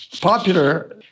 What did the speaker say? popular